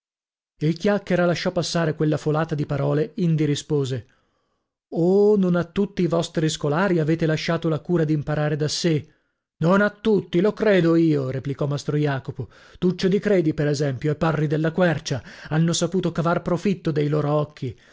il chiacchiera lasciò passare quella folata di parole indi rispose oh non a tutti i vostri scolari avete lasciato la cura d'imparare da sè non a tutti lo credo io replicò mastro jacopo tuccio di credi per esempio e parri della quercia hanno saputo cavar profitto dei loro occhi